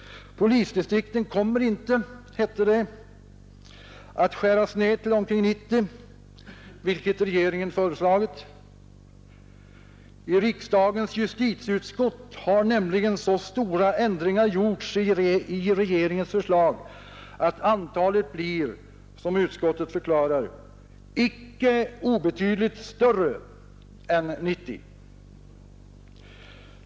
Polisdistrikten kommer inte, hette det, att skäras ned till omkring 90, vilket regeringen föreslagit. I riksdagens justitieutskott har nämligen så stora ändringar gjorts i regeringens förslag att antalet blir, som utskottet förklarar, ”icke obetydligt” större än 90.